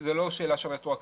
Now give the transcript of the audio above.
זו לא שאלה של רטרואקטיביות.